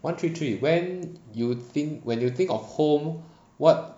one three three when you think when you think of home [what]